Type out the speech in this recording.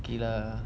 okay lah